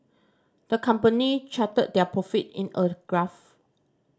the company charted their profit in a graph